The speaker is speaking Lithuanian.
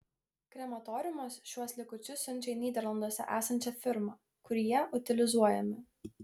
krematoriumas šiuos likučius siunčia į nyderlanduose esančią firmą kur jie utilizuojami